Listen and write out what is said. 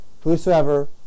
whosoever